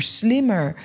slimmer